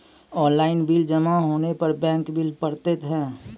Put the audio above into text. Online bill जमा होने पर बैंक बिल पड़तैत हैं?